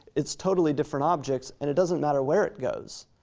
it's totally different objects and it doesn't matter where it goes.